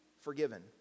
Forgiven